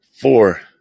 Four